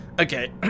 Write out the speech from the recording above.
Okay